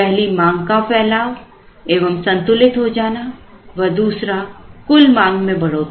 पहली मांग का फैलाव एवं संतुलित हो जाना व दूसरा कुल मांग में बढ़ोतरी